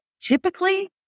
typically